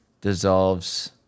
dissolves